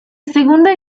segunda